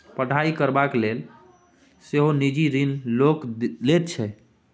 पढ़ाई करबाक लेल सेहो निजी ऋण लोक लैत छै